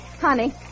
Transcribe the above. Honey